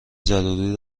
ضروری